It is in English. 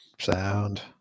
sound